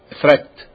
threat